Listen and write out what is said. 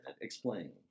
Explain